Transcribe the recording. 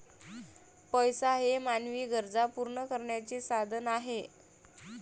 पैसा हे मानवी गरजा पूर्ण करण्याचे साधन आहे